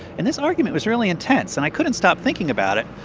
and this argument was really intense, and i couldn't stop thinking about it.